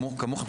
כמוכם,